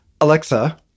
Alexa